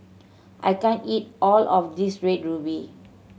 I can't eat all of this Red Ruby